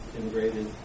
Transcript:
integrated